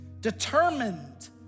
determined